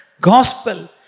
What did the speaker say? gospel